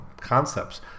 concepts